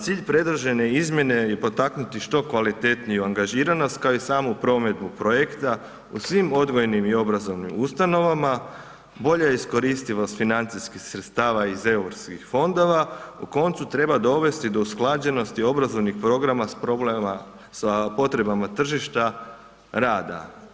Cilj predložene izmjene je potaknuti što kvalitetniju angažiranost kao i samu provedbu projekta u svim odgojnim i obrazovnim ustanovama, bolja iskoristivost financijskih sredstava iz europskih fondova u koncu treba dovesti do usklađenosti obrazovnih programa sa potrebama tržišta rada.